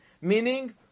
meaning